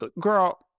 girl